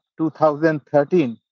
2013